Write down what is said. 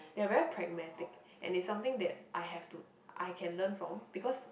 they're very pragmatic and is something that I have to I can learn from because